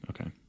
Okay